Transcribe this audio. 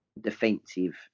defensive